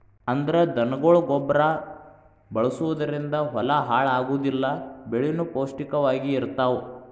ಅಂದ್ರ ದನಗೊಳ ಗೊಬ್ಬರಾ ಬಳಸುದರಿಂದ ಹೊಲಾ ಹಾಳ ಆಗುದಿಲ್ಲಾ ಬೆಳಿನು ಪೌಷ್ಟಿಕ ವಾಗಿ ಇರತಾವ